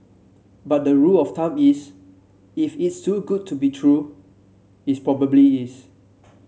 but the rule of thumb is if it's too good to be true it probably is